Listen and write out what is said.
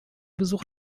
besuch